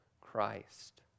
Christ